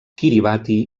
kiribati